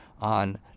on